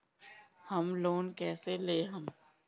Home loan कैसे लेहम?